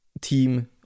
team